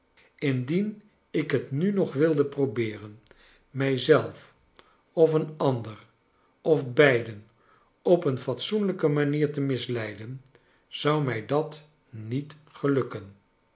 indien ik het nu nog wilde probeeren mij zelf of een ander of beiden op een fatsoenlijke manier te misleiden zou mij dat niet gelukken